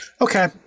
Okay